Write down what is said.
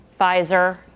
Pfizer